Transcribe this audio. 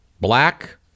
black